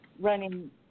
running